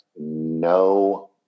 no